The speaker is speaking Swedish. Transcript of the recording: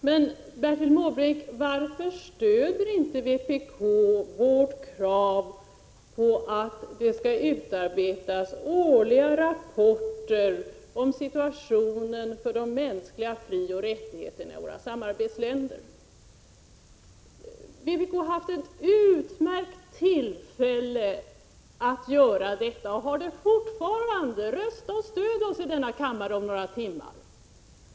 Herr talman! Varför, Bertil Måbrink, stöder inte vpk vårt krav på att det skall utarbetas årliga rapporter om situationen i fråga om de mänskliga frioch rättigheterna i våra samarbetsländer? Vpk har haft ett utmärkt tillfälle att göra detta och har det fortfarande. Stöd oss vid omröstningen här i kammaren om några timmar!